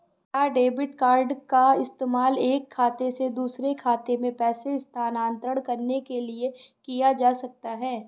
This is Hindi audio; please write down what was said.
क्या डेबिट कार्ड का इस्तेमाल एक खाते से दूसरे खाते में पैसे स्थानांतरण करने के लिए किया जा सकता है?